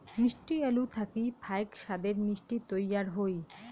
মিষ্টি আলু থাকি ফাইক সাদের মিষ্টি তৈয়ার হই